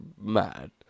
mad